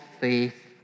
faith